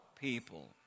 people